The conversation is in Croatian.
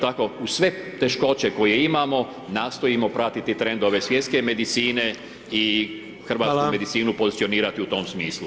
Tako uz sve teškoće koje imamo, nastojimo pratiti trendove svjetske medicine [[Upadica: Hvala.]] i hrvatsku medicinu pozicionirati u tom smislu.